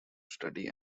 study